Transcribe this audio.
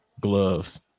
Gloves